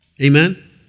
Amen